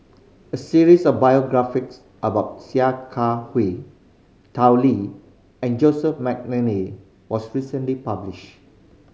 a series of biographies about Sia Kah Hui Tao Li and Joseph McNally was recently published